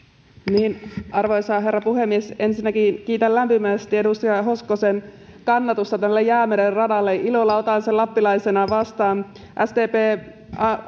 arvoisa herra puhemies ensinnäkin kiitän lämpimästi edustaja hoskosen kannatusta tälle jäämeren radalle ilolla otan sen lappilaisena vastaan sdp